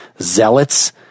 zealots